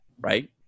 right